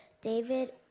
David